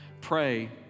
Pray